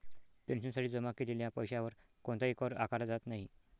पेन्शनसाठी जमा केलेल्या पैशावर कोणताही कर आकारला जात नाही